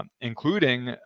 including